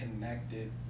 connected